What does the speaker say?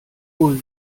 eauze